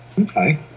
okay